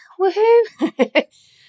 Woohoo